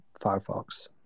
Firefox